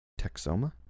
Texoma